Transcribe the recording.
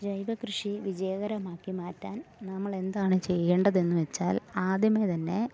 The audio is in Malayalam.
ജൈവ കൃഷി വിജയകരമാക്കി മാറ്റാൻ നമ്മളെന്താണ് ചെയ്യേണ്ടതെന്ന് വെച്ചാൽ ആദ്യമേ തന്നെ